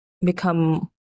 become